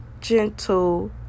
gentle